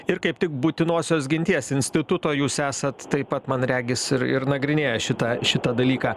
ir kaip tik būtinosios ginties instituto jūs esat taip pat man regis ir ir nagrinėję šitą šitą dalyką